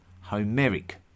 Homeric